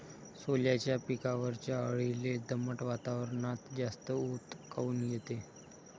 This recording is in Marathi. सोल्याच्या पिकावरच्या अळीले दमट वातावरनात जास्त ऊत काऊन येते?